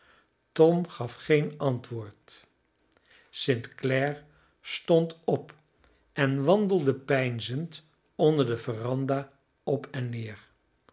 tom gaf geen antwoord st clare stond op en wandelde peinzend onder de veranda op en neer